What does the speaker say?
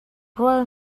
rul